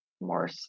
more